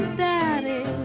daddy